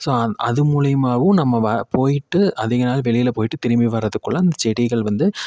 so அ அது மூலிமாவும் நம்ம வ போயிட்டு அதிக நாள் வெளியில் போயிட்டு திரும்பி வரறதுக்குள்ள அந்த செடிகள் வந்து